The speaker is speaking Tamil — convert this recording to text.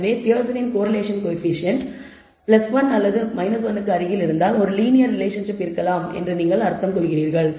எனவே பியர்சனின் கோரிலேஷன் கோயபிசியன்ட் 1 அல்லது 1 க்கு அருகில் இருந்தால் ஒரு லீனியர் ரிலேஷன்ஷிப் இருக்கலாம் என்று நீங்கள் அர்த்தம் கொள்ளலாம்